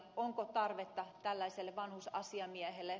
onko tarvetta tällaiselle vanhusasiamiehelle